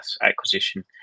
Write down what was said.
acquisition